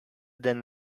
than